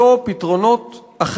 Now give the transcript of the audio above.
אנחנו יכולים למצוא פתרונות אחרים